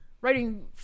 Writing